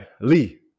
Lee